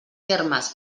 termes